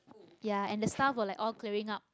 ya and the staff were like all clearing up